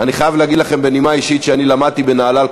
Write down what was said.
להצעת חוק פיצוי לנפגעי פוליו (תיקון,